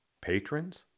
Patrons